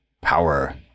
power